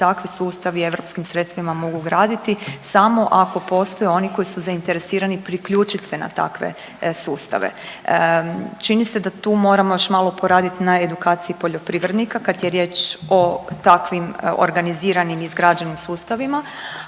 takvi sustavi europskim sredstvima mogu graditi samo ako postoje oni koji su zainteresirani priključit se na takve sustave. Čini se da tu moramo još malo poraditi na edukaciji poljoprivrednika kad je riječ o takvim organiziranim i izgrađenim sustavima,